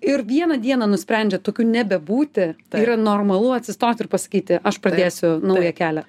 ir vieną dieną nusprendžiat tokiu nebebūti tai yra normalu atsistot ir pasakyti aš pradėsiu naują kelią